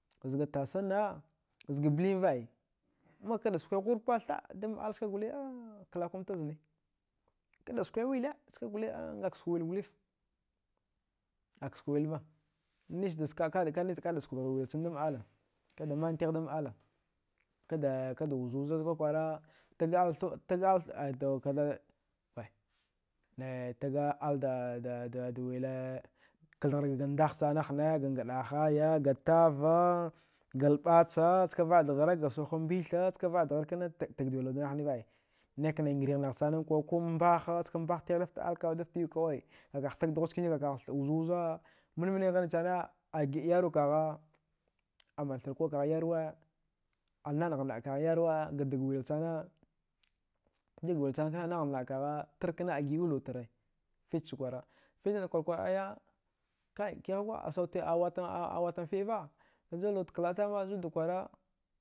Zga tasanna zga blimva ai makda skwai ghurmbatha ska gole klakum tazne kada skwai wila skaggole ngaka skwa wilgwliv akasuk vilva nissda kada kada sukdghar wilchan dam ala kada mantigh dam ala kada kada wuzuzza, kwakwara wai nayatag alda wilee kaldgharka ga ndaghsana hne gan ngɗahaya, gatava ga lɓacha ska vaɗdghara, da suhumbitha ska vaɗdghar kana tagdawilwan nahaniva ai naikanai nghrighnagh sanankwa ko mbaha ska mbahtigh dafta aldafta yau kawai kakagh tadghuchane kakagh wuzuzza mannemanne ghanisane giɗa yarwa kagha, amanthra kuɗkagh yarwa a naɗngha naɗkagh yarwa gatag wil sana dagwil sanakna a naɗngha naɗ kagha, tarkna a giɗu lwa tare fich cha kwara fichna da kwarka kwara kihagwagha asaw watan fiɗva dajulwa wudklatama zudda kwara